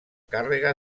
càrrega